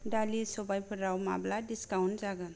दालि सबायफोराव माब्ला डिसकाउन्ट जागोन